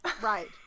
right